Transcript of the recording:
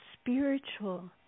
spiritual